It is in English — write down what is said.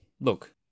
Look